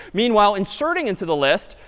meanwhile inserting into the list,